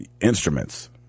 instruments